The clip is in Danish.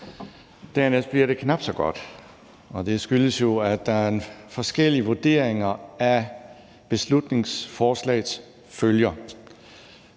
Dernæst bliver det knap så godt, og det skyldes jo, at der er forskellige vurderinger af beslutningsforslagets følger.